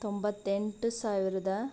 ತೊಂಬತ್ತೆಂಟು ಸಾವಿರದಾ